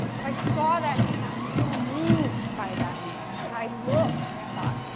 but, i saw that name, i was so moved by that name. and, i looked and i thought,